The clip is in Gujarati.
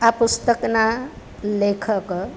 આ પુસ્તકનાં લેખક